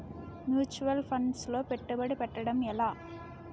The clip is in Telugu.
ముచ్యువల్ ఫండ్స్ లో పెట్టుబడి పెట్టడం ఎలా?